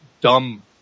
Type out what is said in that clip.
dumb